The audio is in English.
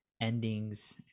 endings